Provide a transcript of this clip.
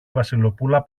βασιλοπούλα